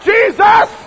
Jesus